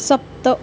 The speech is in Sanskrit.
सप्त